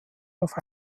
auf